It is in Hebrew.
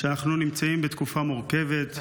שאנחנו נמצאים בתקופה מורכבת,